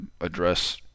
address